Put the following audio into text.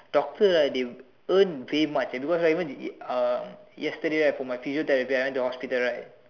doctor ah they earn very much and because I even um yesterday right for my physiotherapy right I went to hospital right